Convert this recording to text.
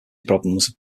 problems